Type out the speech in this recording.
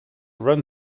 run